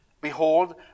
Behold